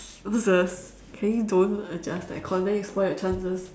Moses can you don't adjust the aircon then you spoil your chances